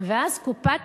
ואז קופת